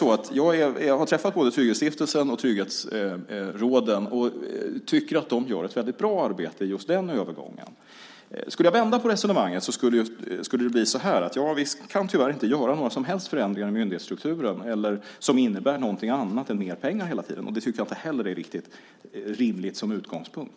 Jag har träffat både Trygghetsstiftelsen och trygghetsråden och tycker att de gör ett väldigt bra arbete i just den övergången. Skulle jag vända på resonemanget skulle det bli så här: Vi kan tyvärr inte göra några som helst förändringar i myndighetsstrukturen som innebär något annat än mer pengar hela tiden. Det tycker jag inte heller är riktigt rimligt som utgångspunkt.